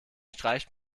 streicht